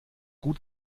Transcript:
gut